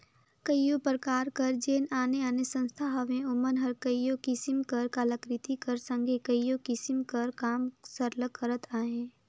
कइयो परकार कर जेन आने आने संस्था हवें ओमन हर कइयो किसिम कर कलाकृति कर संघे कइयो किसिम कर काम सरलग करत अहें